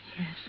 Yes